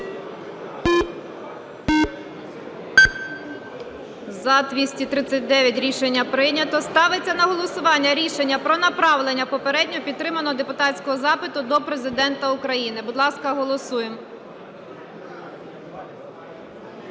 За-239 Рішення прийнято. Ставиться на голосування рішення про направлення попередньо підтриманого депутатського запиту до Президента України. Будь ласка, голосуємо.